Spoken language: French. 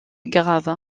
grave